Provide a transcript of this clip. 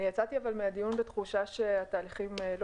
יצאתי אבל מהדיון בתחושה שהתהליכים לא